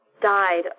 died